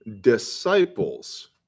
disciples